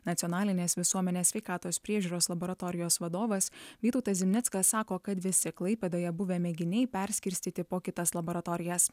nacionalinės visuomenės sveikatos priežiūros laboratorijos vadovas vytautas zimnickas sako kad visi klaipėdoje buvę mėginiai perskirstyti po kitas laboratorijas